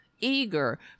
eager